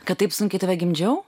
kad taip sunkiai tave gimdžiau